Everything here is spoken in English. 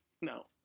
no